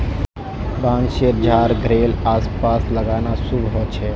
बांसशेर झाड़ घरेड आस पास लगाना शुभ ह छे